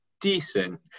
Decent